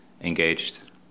engaged